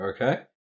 Okay